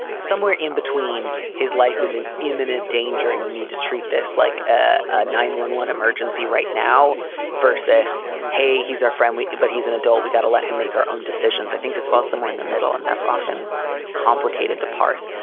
somewhere in between, his life is in imminent danger. and you need to treat this like ah nine one one emergency right now versus hey, he's our friend. but he's an adult. we've got to let him make our own decisions. i think this fall somewhere in the middle, and that's often complicated to pass.